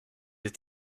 êtes